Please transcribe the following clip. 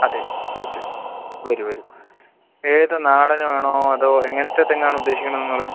അതെ ഓക്കെ വരൂ വരൂ ഏത് നാടൻ വേണോ അതോ എങ്ങനത്തെ തെങ്ങ് ആണ് ഉദ്ദേശിക്കുന്നത് നിങ്ങൾ